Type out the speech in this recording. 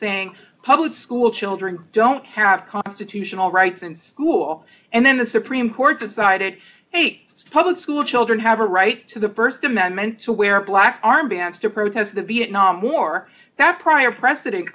saying public school children don't have constitutional rights in school and then the supreme court decided hey it's public school children have a right to the burst amendment to wear black armbands to protest the vietnam war that prior precedent